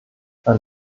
ein